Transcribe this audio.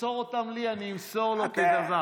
תמסור אותם לי, אני אמסור לו את הדבר.